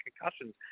concussions